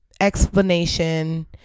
explanation